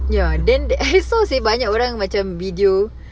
ya and then I saw seh banyak orang macam video